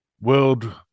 world